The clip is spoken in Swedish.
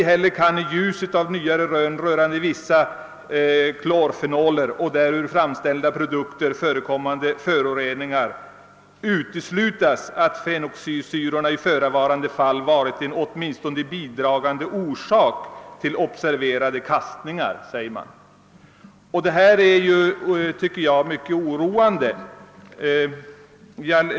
Ej heller kan, i ljuset av nyare rön rörande vissa i klorfenoler och därur framställda produkter förekommande = föroreningars toxicitet, uteslutas att fenoxisyrorna i förevarande fall varit en åtminstone bidragande orsak till observerade kastningar.» Jag tycker att detta är mycket oroande.